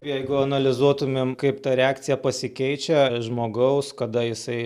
jeigu analizuotumėm kaip ta reakcija pasikeičia žmogaus kada jisai